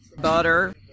butter